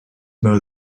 mow